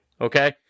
okay